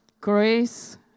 Grace